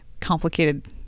complicated